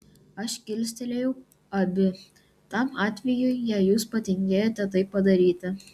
aš kilstelėjau abi tam atvejui jei jūs patingėjote tai padaryti